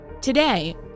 Today